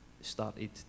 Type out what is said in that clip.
started